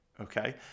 okay